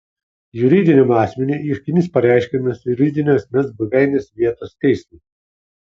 juridiniam asmeniui ieškinys pareiškiamas juridinio asmens buveinės vietos teismui